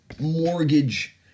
mortgage